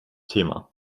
thema